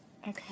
Okay